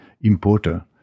importer